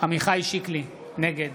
עמיחי שיקלי, נגד